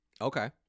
okay